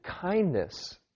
kindness